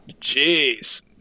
Jeez